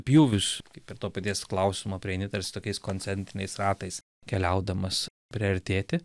pjūvius kaip ir to paties klausimo prieini tarsi tokiais koncentriniais ratais keliaudamas priartėti